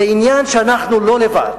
זה עניין שאנחנו לא לבד